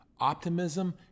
optimism